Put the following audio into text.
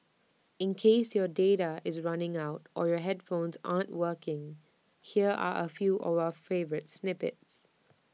in case your data is running out or your earphones aren't working here are A few of our favourite snippets